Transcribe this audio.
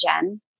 Jen